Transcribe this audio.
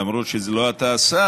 למרות שזה לא אתה השר,